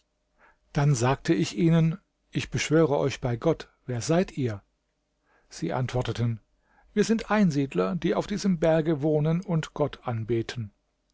dann sagte ich ihnen ich beschwöre euch bei gott wer seid ihr sie antworteten wir sind einsiedler die auf diesem berge wohnen und gott anbeten